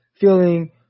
feeling